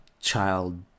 child